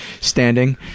standing